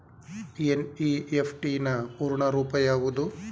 NEFT ನ ಪೂರ್ಣ ರೂಪ ಯಾವುದು?